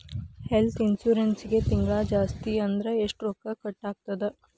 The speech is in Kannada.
ಹೆಲ್ತ್ಇನ್ಸುರೆನ್ಸಿಗೆ ತಿಂಗ್ಳಾ ಜಾಸ್ತಿ ಅಂದ್ರ ಎಷ್ಟ್ ರೊಕ್ಕಾ ಕಟಾಗ್ತದ?